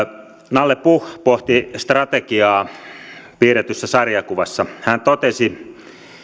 nalle puh pohti strategiaa piirretyssä sarjakuvassa hän totesi